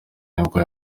nibwo